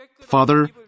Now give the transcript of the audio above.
Father